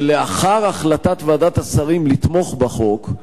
שלאחר החלטת ועדת השרים לתמוך בחוק,